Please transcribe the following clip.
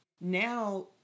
now